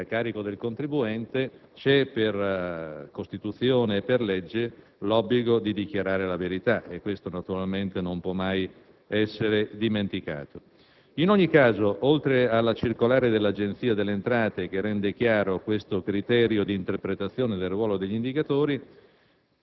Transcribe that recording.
che a carico del contribuente c'è, per Costituzione e per legge, l'obbligo di dichiarare la verità e questo naturalmente non può mai essere dimenticato. In ogni caso, oltre alla circolare dell'Agenzia delle entrate che rende chiaro il criterio di interpretazione del ruolo degli indicatori,